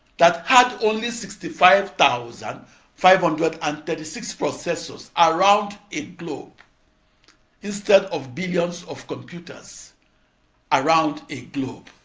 that had only sixty five thousand five hundred and thirty six processors around a globe instead of billions of computers around a globe.